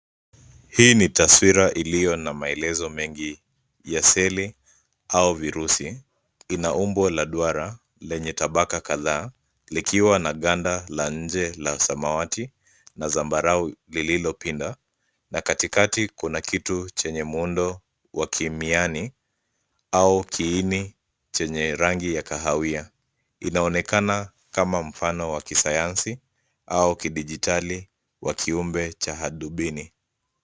Hii ni taswira iliyo na maelezo mengi ya seli au virusi. Ina umbo la duara lenye tabaka kadhaa likiwa na ganda la nje la samawati na zambarau lililopinda, na katikati kuna kitu chenye muundo wa kimiani au kiini chenye rangi ya kahawia. Inaonekana kama mfano wa kisayansi au kidigitali wa kiumbe cha hadubini.